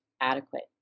adequate